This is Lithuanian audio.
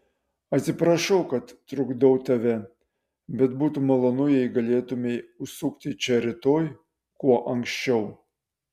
atsiprašau kad trukdau tave bet būtų malonu jei galėtumei užsukti čia rytoj kuo anksčiau